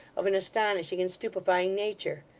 of an astonishing and stupefying nature,